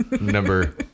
number